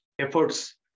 efforts